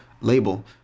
label